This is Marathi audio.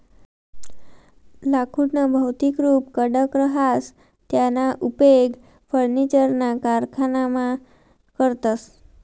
लाकुडनं भौतिक रुप कडक रहास त्याना उपेग फर्निचरना कारखानामा करतस